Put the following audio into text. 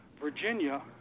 Virginia